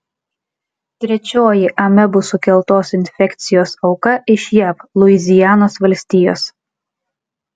trečioji amebų sukeltos infekcijos auka iš jav luizianos valstijos